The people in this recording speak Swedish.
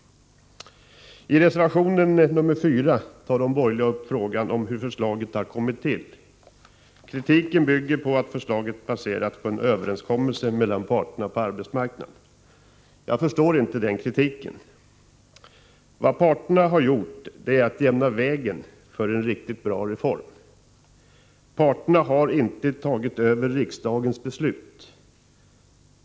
I reservation 4 tar de borgerliga upp frågan om hur förslaget har kommit till. Kritiken bygger på att förslaget är baserat på en överenskommelse mellan parterna på arbetsmarknaden. Jag förstår inte denna kritik. Vad parterna har gjort är att jämna vägen för en riktigt bra reform. Parterna har inte tagit över riksdagens beslut.